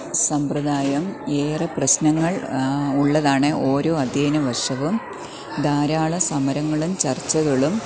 സമ്പ്രദായം ഏറെ പ്രശ്നങ്ങൾ ഉള്ളതാണ് ഓരോ അദ്ധ്യയന വർഷവും ധാരാളം സമരങ്ങളും ചർച്ചകളും